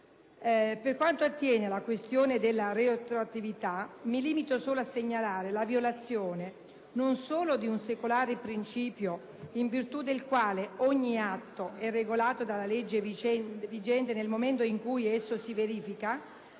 Per quanto attiene la questione della retroattività, mi limito solo a segnalare la violazione non solo di un secolare principio in virtù del quale ogni atto è regolato dalla legge vigente nel momento in cui esso si verifica,